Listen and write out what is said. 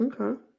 Okay